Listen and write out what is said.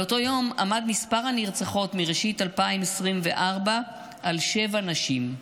באותו יום עמד מספר הנרצחות מראשית 2024 על שבע נשים,